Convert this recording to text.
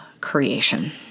creation